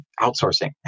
outsourcing